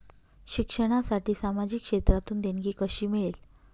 शिक्षणासाठी सामाजिक क्षेत्रातून देणगी कशी मिळेल?